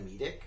comedic